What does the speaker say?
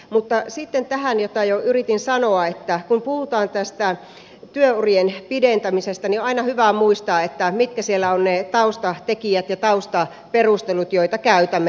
mutta sitten tähän mitä jo yritin sanoa että kun puhutaan työurien pidentämisestä niin on aina hyvä muistaa mitkä siellä on ne taustatekijät ja taustaperustelut joita käytämme